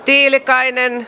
niemelä